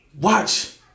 Watch